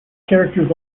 characters